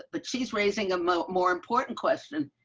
but she's raising a more more important question,